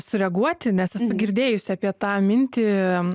sureaguoti nes esu girdėjusi apie tą mintį